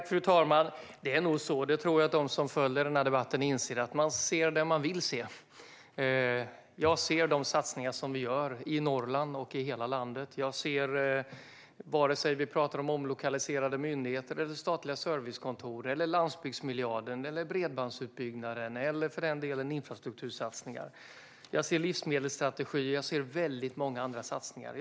Fru talman! Det är nog så, och det tror jag att de som följer den här debatten inser, att man ser det man vill se. Jag ser de satsningar som vi gör i Norrland och i hela landet. Jag ser dem, vare sig vi talar om omlokaliserade myndigheter, statliga servicekontor, landsbygdsmiljarden, bredbandsutbyggnaden eller för den delen infrastruktursatsningar. Jag ser livsmedelsstrategier och väldigt många andra satsningar.